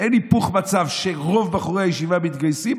אין היפוך מצב שרוב בחורי הישיבה מתגייסים,